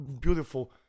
beautiful